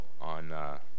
on